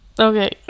okay